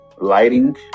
lighting